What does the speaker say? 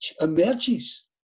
emerges